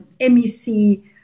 MEC